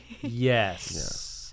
Yes